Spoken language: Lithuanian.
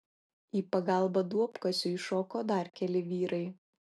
į pagalbą duobkasiui šoko dar keli vyrai